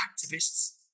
activists